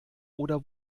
oder